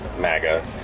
MAGA